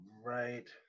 right